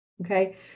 okay